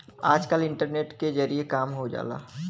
आजकल इन्टरनेट के जरिए काम हो जाला